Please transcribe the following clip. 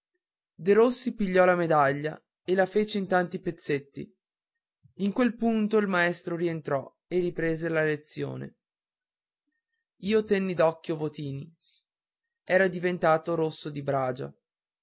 derossi pigliò la medaglia e la fece in tanti pezzetti in quel punto il maestro rientrò e riprese la lezione io tenni d'occhio votini era diventato rosso di bragia